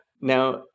Now